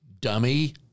dummy